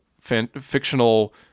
fictional